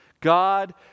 God